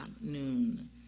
noon